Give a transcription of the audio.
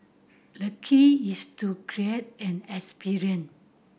the key is to create an experience